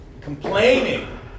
complaining